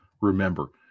Remember